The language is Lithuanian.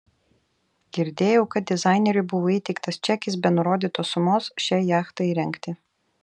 girdėjau kad dizaineriui buvo įteiktas čekis be nurodytos sumos šiai jachtai įrengti